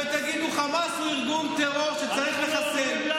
אם אני שומע שצועקים מילות גנאי, אז אני מפריע.